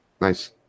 nice